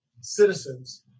citizens